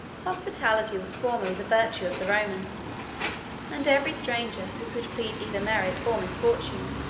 hospitality was formerly the virtue of the romans and every stranger, who could plead either merit or misfortune,